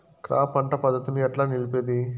Crop పంట పద్ధతిని ఎట్లా నిలిపేది?